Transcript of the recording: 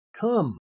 come